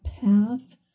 path